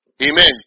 Amen